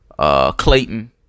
Clayton